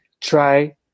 try